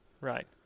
Right